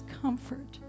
comfort